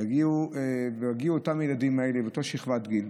יגיעו הילדים האלה באותה שכבת גיל,